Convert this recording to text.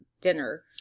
dinner